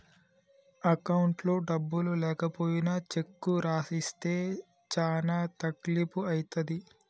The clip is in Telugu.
అకౌంట్లో డబ్బులు లేకపోయినా చెక్కు రాసిస్తే చానా తక్లీపు ఐతది